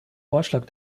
vorschlag